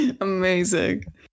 amazing